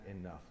enough